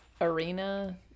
arena